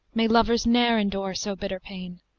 may lovers ne'er endure so bitter pain!